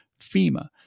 FEMA